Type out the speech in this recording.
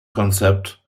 konzept